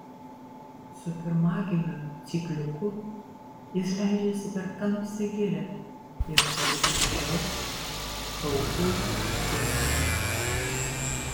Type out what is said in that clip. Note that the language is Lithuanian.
su pirmagimiu cypliuku jis leidžiasi per tamsią girią ieškoti darbščios kaukų genties